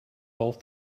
both